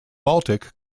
baltic